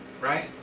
right